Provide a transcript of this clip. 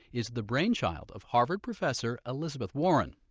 is the brainchild of harvard professor elizabeth warren.